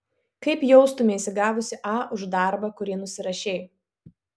kaip jaustumeisi gavusi a už darbą kurį nusirašei